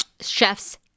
Chefs